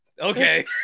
okay